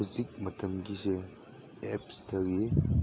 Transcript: ꯍꯧꯖꯤꯛ ꯃꯇꯝꯒꯤꯁꯦ ꯑꯦꯞꯁꯇꯒꯤ